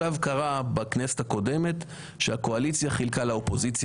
בכנסת הקודמת הקואליציה חילקה לאופוזיציה